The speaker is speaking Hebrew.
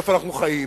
איפה אנחנו חיים,